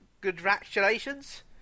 congratulations